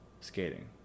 skating